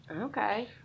Okay